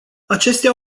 acestea